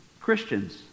Christians